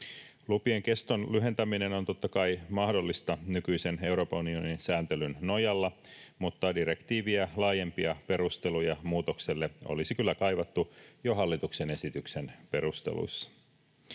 Lupien keston lyhentäminen on totta kai mahdollista nykyisen Euroopan unionin sääntelyn nojalla, mutta direktiiviä laajempia perusteluja muutokselle olisi kyllä kaivattu jo hallituksen esityksen perusteluissa.